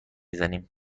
زنیم